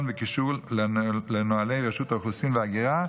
וקישור לנוהלי רשות האוכלוסין וההגירה